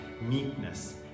meekness